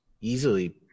easily